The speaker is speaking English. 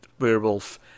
werewolf